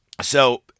So-